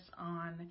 on